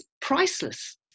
priceless